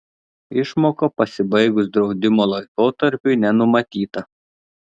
išmoka pasibaigus draudimo laikotarpiui nenumatyta